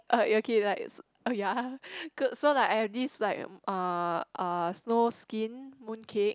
uh okay like so ya so I have this like uh snow skin mooncake